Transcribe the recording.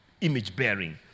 image-bearing